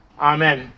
Amen